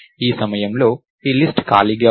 ఈ సమయంలో ఈ లిస్ట్ ఖాళీగా ఉంది